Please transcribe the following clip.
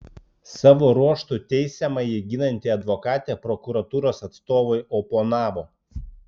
savo ruožtu teisiamąjį ginanti advokatė prokuratūros atstovui oponavo